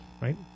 right